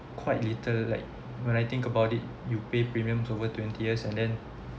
quite later like when I think about it you pay premiums over twenty years and then